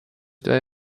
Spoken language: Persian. لای